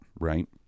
right